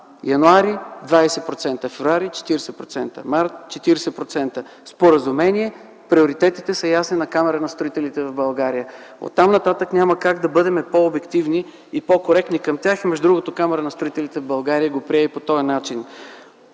януари – 20%, февруари – 40%, март – 40% споразумение. Приоритетите са ясни на Камарата на строителите в България. Оттам-нататък няма как да бъдем по-обективни и по-коректни към тях. Между другото камарата на строителите в България го прие и по този начин.